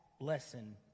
lesson